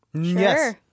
Yes